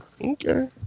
Okay